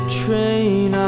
train